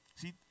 See